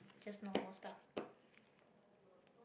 jsut normal stuff